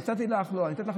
נתתי לך להתארגן.